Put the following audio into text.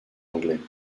anglais